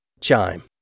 Chime